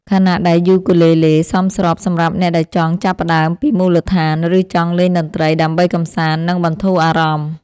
ខណៈដែលយូគូលេលេសមស្របសម្រាប់អ្នកដែលចង់ចាប់ផ្តើមពីមូលដ្ឋាន ឬចង់លេងតន្ត្រីដើម្បីកម្សាន្ត និងបន្ធូរអារម្មណ៍។